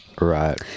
Right